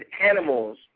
animals